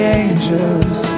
angels